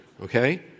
okay